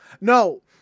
No